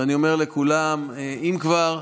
ואני אומר לכולם: אם כבר,